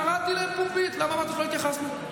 קראתי להם פומבית, למה לא התייחסנו?